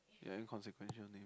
inconsequential name